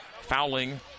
fouling